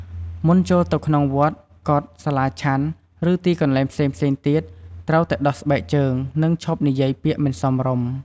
មុនចូលទៅក្នុងវត្ត កុដិ សាលាឆាន់ ឬទីកន្លែងផ្សេងៗទៀត ត្រូវតែដោះស្បែកជើង និងឈប់និយាយពាក្យមិនសមរម្យ។